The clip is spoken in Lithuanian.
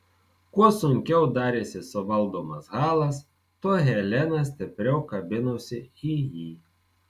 kuo sunkiau darėsi suvaldomas halas tuo helena stipriau kabinosi į jį